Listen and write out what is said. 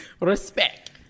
Respect